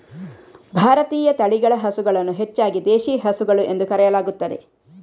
ಭಾರತೀಯ ತಳಿಗಳ ಹಸುಗಳನ್ನು ಹೆಚ್ಚಾಗಿ ದೇಶಿ ಹಸುಗಳು ಎಂದು ಕರೆಯಲಾಗುತ್ತದೆ